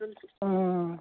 अ